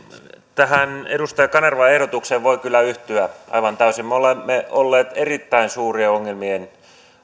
tähän edustaja kanervan ehdotukseen voi kyllä yhtyä aivan täysin me olemme olleet erittäin suurien ongelmien